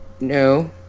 No